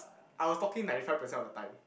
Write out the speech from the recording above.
I was talking ninety five percent of the time